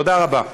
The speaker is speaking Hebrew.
תודה רבה.